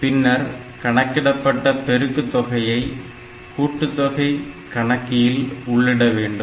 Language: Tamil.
பின்னர் கணக்கிடப்பட்ட பெருக்கு தொகையை கூட்டுத்தொகை கணக்கியில்உள்ளிட வேண்டும்